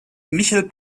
michel